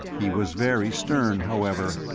he was very stern, however,